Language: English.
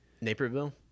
Naperville